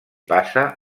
passa